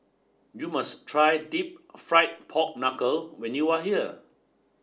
you must try Deep Rried Pork Knuckle when you are here